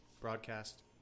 broadcast